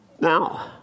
Now